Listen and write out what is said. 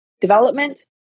development